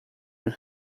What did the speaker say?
and